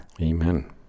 Amen